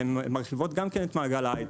הן מרחיבות גם כן את מעגל ההייטק.